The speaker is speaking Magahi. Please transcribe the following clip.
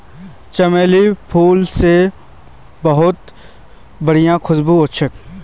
चमेलीर फूल से बहुत बढ़िया खुशबू वशछे